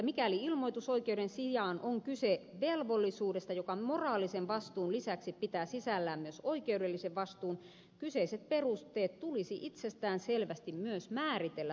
mikäli ilmoitusoikeuden sijaan on kyse velvollisuudesta joka moraalisen vastuun lisäksi pitää sisällään myös oikeudellisen vastuun kyseiset perusteet tulisi itsestään selvästi myös määritellä tarkasti